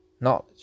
knowledge